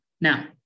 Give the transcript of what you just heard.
Now